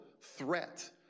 threat